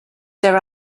there